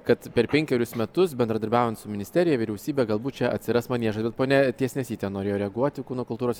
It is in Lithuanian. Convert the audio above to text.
kad per penkerius metus bendradarbiaujant su ministerija vyriausybe galbūt čia atsiras maniežas bet ponia tiesnesytė norėjo reaguoti kūno kultūros